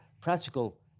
practical